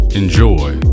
enjoy